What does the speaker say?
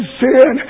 sin